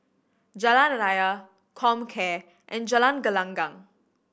Jalan Raya Comcare and Jalan Gelenggang